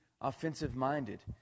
Offensive-minded